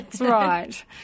right